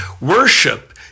Worship